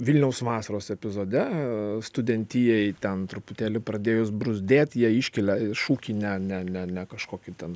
vilniaus vasaros epizode studentijai ten truputėlį pradėjus bruzdėt jie iškelia šūkį ne ne ne ne kažkokį ten